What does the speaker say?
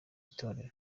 itorero